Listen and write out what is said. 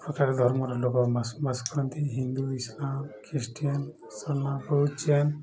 ପ୍ରକାର ଧର୍ମର ଲୋକ ମାସ ବାସ କରନ୍ତି ହିନ୍ଦୁ ଇସଲାମ ଖ୍ରୀଷ୍ଟିୟନ ମୁସଲମାନ ଜୈନ